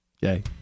yay